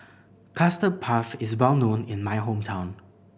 Custard Puff is well known in my hometown